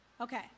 Okay